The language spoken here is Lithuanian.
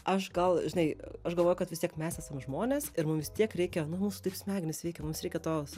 aš gal žinai aš galvoju kad vis tiek mes esam žmonės ir mum vis tiek reikia nu mūsų taip smegenys veikia mums reikia tos